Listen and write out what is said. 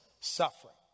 suffering